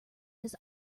his